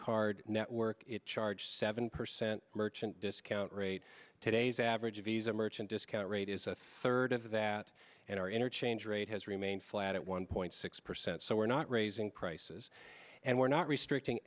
card network charge seven percent merchant discount rate today's average visa merchant discount rate is a third of that and our interchange rate has remained flat at one point six percent so we're not raising prices and we're not restricting